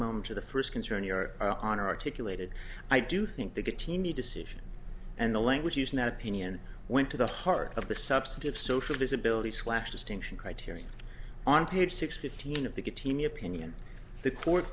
moment to the first concern your honor articulated i do think that a teeny decision and the language used in that opinion went to the heart of the substantive social visibility slash distinction criteria on page sixteen of the get teenie opinion the court